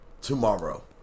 tomorrow